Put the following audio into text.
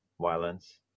violence